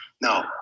No